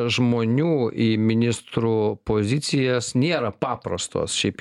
žmonių į ministrų pozicijas nėra paprastos šiaip